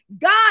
God